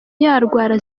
yarwara